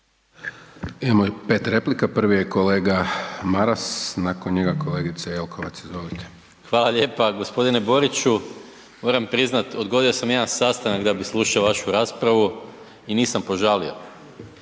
Imamo i 5 replika, prvi je kolega Maras, nakon njega kolegica Jelkovac, izvolite. **Maras, Gordan (SDP)** Hvala lijepa. g. Boriću, moram priznat odgodio sam jedan sastanak da bi slušao vašu raspravu i nisam požalio,